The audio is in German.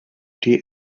die